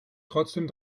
trotzdem